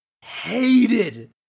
hated